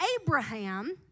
Abraham